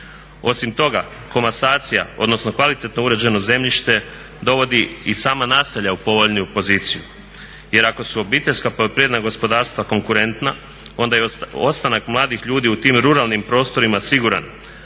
Osim toga komasacija odnosno kvalitetno uređeno zemljište dovodi i sama naselja u povoljniju poziciju jer ako su OPG-i konkurentna onda je ostanak mladih ljudi u tim ruralnim prostorima siguran.